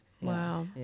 Wow